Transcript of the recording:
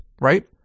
right